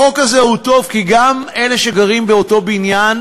החוק הזה הוא טוב, כי גם אלה שגרים באותו בניין,